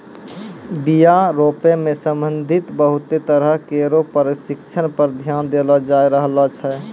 बीया रोपै सें संबंधित बहुते तरह केरो परशिक्षण पर ध्यान देलो जाय रहलो छै